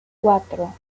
cuatro